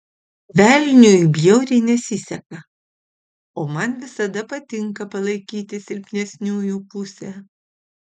velniui bjauriai nesiseka o man visada patinka palaikyti silpnesniųjų pusę